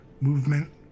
movement